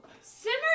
Simmer